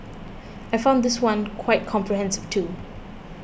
I found this one quite comprehensive too